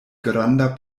granda